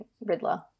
Riddler